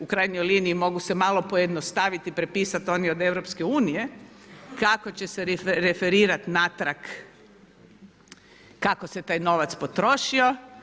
U krajnjoj liniji mogu se malo pojednostaviti i prepisati oni od EU kada će se referirati natrag, kako se taj novac potrošio.